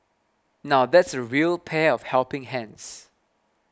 now that's a real pair of helping hands